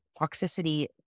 toxicity